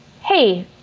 Hey